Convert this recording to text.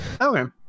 Okay